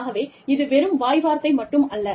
ஆகவே இது வெறும் வாய் வார்த்தை மட்டும் அல்ல